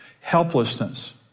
Helplessness